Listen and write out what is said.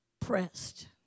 pressed